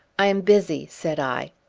i am busy, said i.